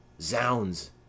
Zounds